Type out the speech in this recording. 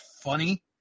funny